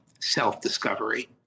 self-discovery